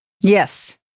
Yes